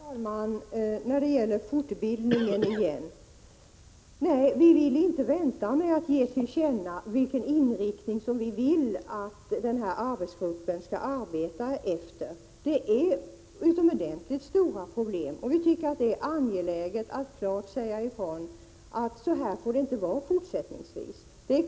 Herr talman! När det gäller fortbildningen vill jag säga följande. Nej, vi vill inte vänta med att ge till känna vilken inriktning som vi anser att denna arbetsgrupp skall ha. Det är fråga om utomordentligt stora problem, och vi tycker att det är angeläget att klart säga ifrån att det inte får vara på detta sätt i fortsättningen.